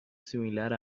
similar